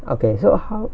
okay so how